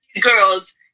girls